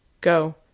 Go